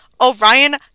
orion